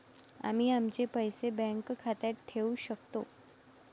आम्ही आमचे पैसे बँक खात्यात ठेवू शकतो